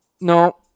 No